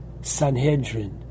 Sanhedrin